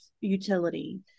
utility